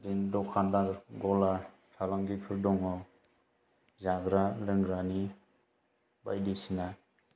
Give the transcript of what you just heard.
बिदिनो दखानदार गला फालांगिफोर दङ जाग्रा लोंग्रानि बायदि सिना